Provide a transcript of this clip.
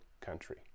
country